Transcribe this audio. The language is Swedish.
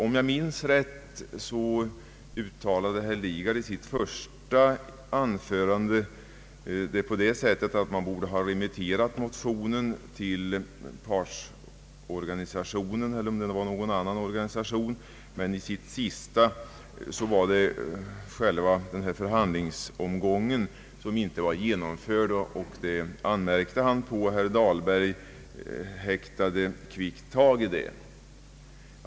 Om jag minns rätt uttalade herr Lidgard i sitt första anförande att utskottet borde remitterat motionen till partsorganisationer, eller om det möjligen var någon annan organisation han av såg. I sitt sista inlägg sade emellertid herr Lidgard att själva förhandlingsomgången inte var genomförd, vilket han anmärkte på. Herr Dahlberg hakade kvickt tag i det.